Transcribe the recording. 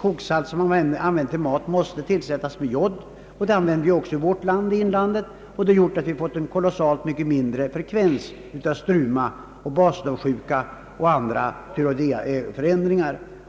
koksalt som används i mat obligatoriskt måste tillsättas med jod. Analoga är förhållandena i inlandet hos oss. Genom sådan tillsats av jod har vi fått en mycket lägre frekvens av struma, Basedowsjuka och andra thyreoideaförändringar.